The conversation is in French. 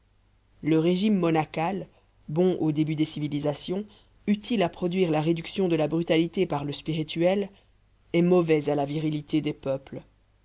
le régime monacal bon au début des civilisations utile à produire la réduction de la brutalité par le spirituel est mauvais à la virilité des peuples